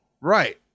right